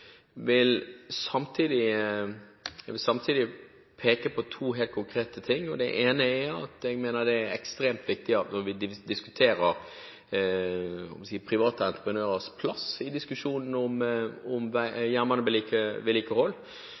vil samtidig peke på to helt konkrete ting: Det ene er at jeg mener det er ekstremt viktig at vi, når vi diskuterer private entreprenørers plass i diskusjonen om